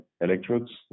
electrodes